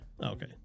Okay